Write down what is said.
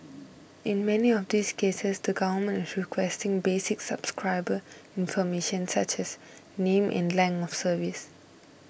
in many of these cases the government is requesting basic subscriber information such as name and length of service